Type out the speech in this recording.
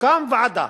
תוקם ועדה,